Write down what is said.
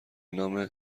نام